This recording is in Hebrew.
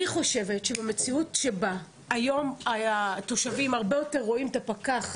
אני חושבת שבמציאות שבה היום התושבים רואים הרבה יותר את הפקח,